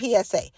psa